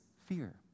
fear